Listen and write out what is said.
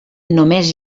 només